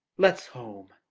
let's home.